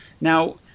Now